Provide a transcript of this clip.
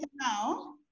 now